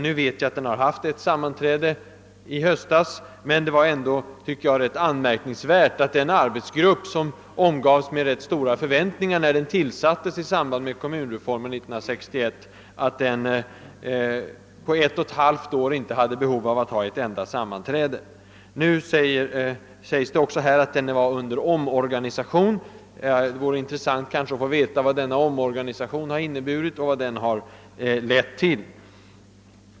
Nu vet jag att den har haft ett sammanträde i höstas, men det är ändå rätt anmärkningsvärt att denna arbetsgrupp, som omgavs med rätt stora förväntningar när den tillsattes i samband med 1961 års kommunreform, på ett och ett halvt år inte haft behov av att ha ett enda samnanträde. Statsrådet nämner också att arbetsgruppen varit under omorganisation. Det vore intressant att få veta vad denna omorganisation har inneburit och vad den har lett till.